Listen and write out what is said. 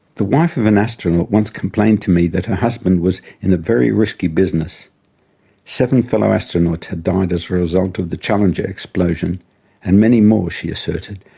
the wife of an astronaut once complained to me that her husband was in a very risky business seven fellow astronauts had died as a result of the challenger explosion and many more, she asserted,